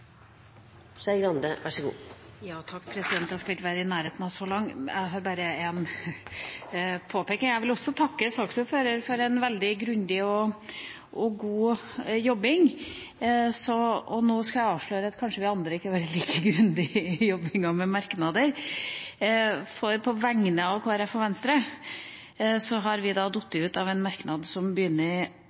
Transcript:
Jeg skal ikke være i nærheten av så lang i mitt innlegg, jeg har bare en påpekning. Jeg vil også takke saksordføreren for en veldig grundig og god jobbing. Og nå skal jeg avsløre at kanskje vi andre ikke har vært like grundige i jobbinga med merknader, for på vegne av Kristelig Folkeparti og Venstre så har vi falt ut av en merknad. Det er den som begynner